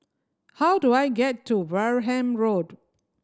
how do I get to Wareham Road